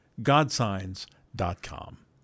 godsigns.com